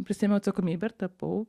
prisiėmiau atsakomybę ir tapau